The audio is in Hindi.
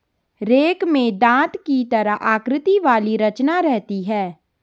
रेक में दाँत की तरह आकृति वाली रचना रहती है